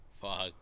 Fuck